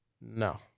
No